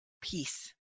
peace